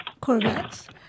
Corvettes